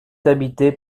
habité